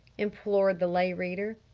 implored the lay reader.